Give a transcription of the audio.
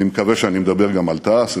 אני מקווה שאני מדבר גם על תע"ש,